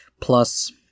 Plus